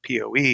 PoE